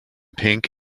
pink